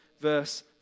Verse